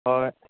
হয়